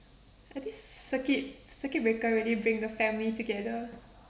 ah this circuit circuit breaker really bring the family together